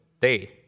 day